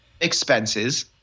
expenses